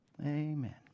Amen